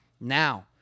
Now